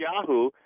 Yahoo